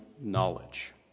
knowledge